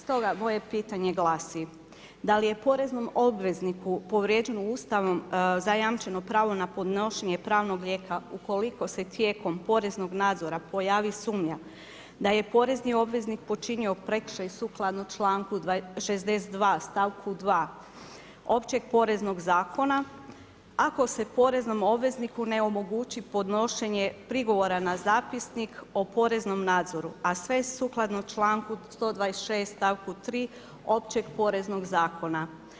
Stoga moje pitanje glasi: Da li je poreznom obvezniku povrijeđen Ustavom zajamčeno pravo na podnošenje pravnog lijeka ukoliko se tijekom poreznog nadzora pojavi sumnja da je porezni obveznik počinio prekršaj sukladno članku 62. stavku 2. općeg poreznog zakona, ako se poreznom obvezniku ne omogući podnošenje prigovora na zapisnik o poreznom nadzoru, a sve sukladno članku 126. stavku 3. općeg poreznog zakona?